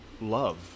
love